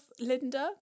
Linda